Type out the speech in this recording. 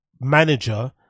manager